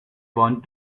want